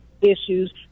issues